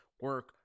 Work